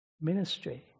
Ministry